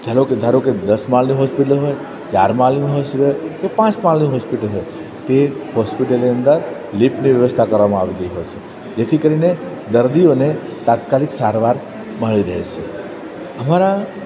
ધારો કે ધારો કે દસ માળની હોસ્પિટલ હોય ચાર માળની હોસ્પિટલ હોય કે પાંચ માળની હોસ્પિટલ હોય તે હોસ્પિટલની અંદર લિફ્ટની વ્યવસ્થા કરવામાં આવેલી હોય છે જેથી કરીને દર્દીઓને તાત્કાલિક સારવાર મળી રહે છે અમારા